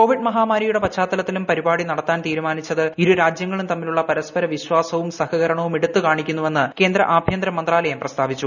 Covid മഹാമാരിയുടെ പശ്ചാത്തലത്തിലും പരിപാടി നടത്താൻ തീരുമാനിച്ചത് ഇരുരാജ്യങ്ങളും തമ്മിലുള്ള പരസ്പര വിശ്വാസവും സഹകരണവും എടുത്ത് കാണിക്കുന്നുവെന്ന് കേന്ദ്ര ആഭ്യന്തര മന്ത്രാലയം പ്രസ്താവിച്ചു